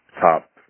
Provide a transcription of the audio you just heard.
top